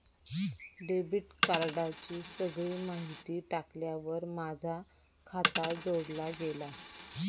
debit कार्डाची सगळी माहिती टाकल्यार माझा खाता जोडला गेला